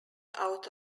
out